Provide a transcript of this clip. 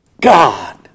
God